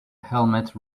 helmet